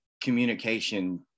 communication